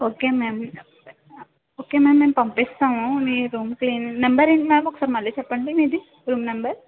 okay ma'am okay ma'am మేము పంపిస్తాము మీ రూమ్కి నెంబర్ ఏంటి మ్యామ్ ఒకసారి మళ్ళీ చెప్పండి మీది రూమ్ నెంబర్